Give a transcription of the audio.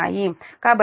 కాబట్టి ఇది మీ j0